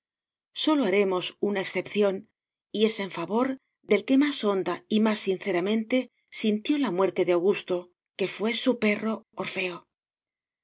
sólo haremos una excepción y es en favor del que más honda y más sinceramente sintió la muerte de augusto que fué su perro orfeo orfeo en